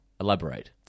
Elaborate